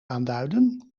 aanduiden